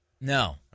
No